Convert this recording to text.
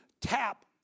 tap